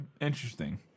interesting